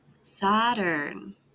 Saturn